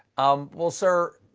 um well, sir,